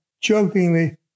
jokingly